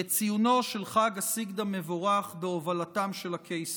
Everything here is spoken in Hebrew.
לציונו של חג הסגד המבורך, בהובלתם של הקייסים.